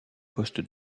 poste